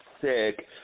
sick